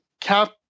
cap